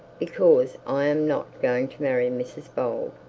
because i am not going to marry mrs bold.